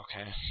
okay